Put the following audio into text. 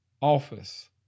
office